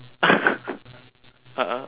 a'ah